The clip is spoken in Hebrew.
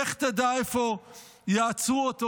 לך תדע איפה יעצרו אותו,